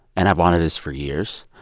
and i've wanted this for years.